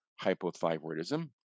hypothyroidism